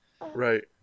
Right